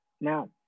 Now